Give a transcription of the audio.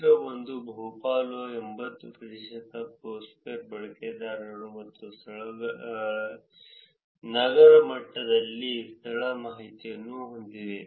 ಚಿತ್ರ 1 ಬಹುಪಾಲು 80 ಪ್ರತಿಶತ ಫೋರ್ಸ್ಕ್ವೇರ್ ಬಳಕೆದಾರರು ಮತ್ತು ಸ್ಥಳಗಳು ನಗರ ಮಟ್ಟದಲ್ಲಿ ಸ್ಥಳ ಮಾಹಿತಿಯನ್ನು ಹೊಂದಿವೆ